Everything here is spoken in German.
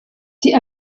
die